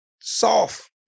soft